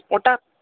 ওটা